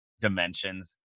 dimensions